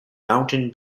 mountain